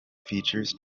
features